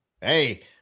Hey